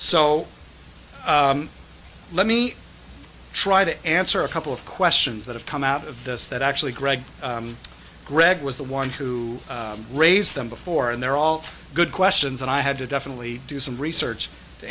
so let me try to answer a couple of questions that have come out of this that actually greg greg was the one to raise them before and they're all good questions and i had to definitely do some research to